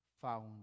found